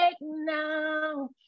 now